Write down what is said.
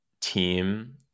team